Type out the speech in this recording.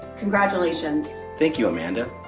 congratulations. thank you, amanda.